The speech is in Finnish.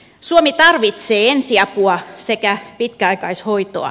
suomi tarvitsee ensiapua sekä pitkäaikaishoitoa